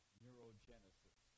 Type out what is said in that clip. neurogenesis